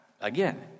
again